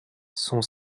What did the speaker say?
son